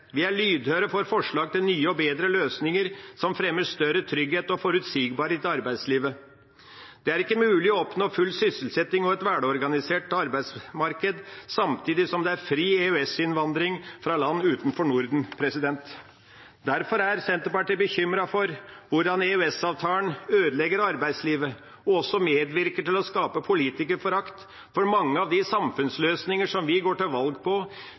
Vi er lydhøre for forslag til nye og bedre løsninger som fremmer større trygghet og forutsigbarhet i arbeidslivet. Det er ikke mulig å oppnå full sysselsetting og et velorganisert arbeidsmarked samtidig som det er fri EØS-innvandring fra land utenfor Norden. Derfor er Senterpartiet bekymret for hvordan EØS-avtalen ødelegger arbeidslivet og også medvirker til å skape politikerforakt. Mange av de samfunnsløsninger som vi går til valg på,